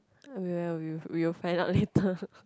ya w~ we will find out later